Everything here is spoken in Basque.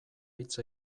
hitz